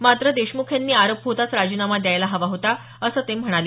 मात्र देशमुख यांनी आरोप होताच राजीनामा द्यायला हवा होता असं ते म्हणाले